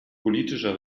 politischer